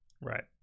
Right